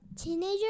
teenager